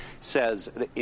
says